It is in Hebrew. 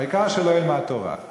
העיקר שלא ילמד תורה.